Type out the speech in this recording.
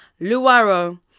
Luaro